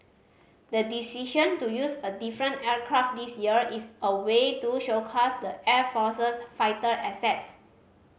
the decision to use a different aircraft this year is a way to showcase the air force's fighter assets